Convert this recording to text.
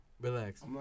Relax